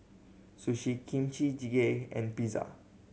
Sushi Kimchi Jjigae and Pizza